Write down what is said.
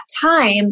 time